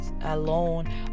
alone